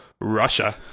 Russia